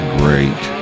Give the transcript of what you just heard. great